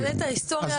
זה